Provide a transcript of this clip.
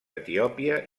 etiòpia